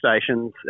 stations